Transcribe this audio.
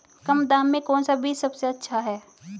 कम दाम में कौन सा बीज सबसे अच्छा है?